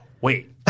wait